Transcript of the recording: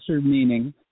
meaning